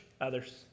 others